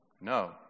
No